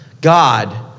God